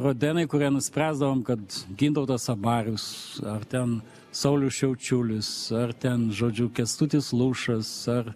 rodenai kurie nuspręsdavom kad gintautas abarius ar ten saulius šiaučiulis ar ten žodžiu kęstutis lušas ar